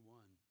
one